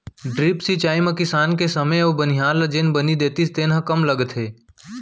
drip सिंचई म किसान के समे अउ बनिहार ल जेन बनी देतिस तेन ह कम लगथे